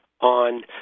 on